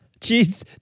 Jeez